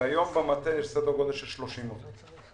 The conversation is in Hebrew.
והיום במטה יש סדר גודל של 30 עובדים.